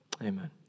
Amen